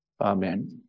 Amen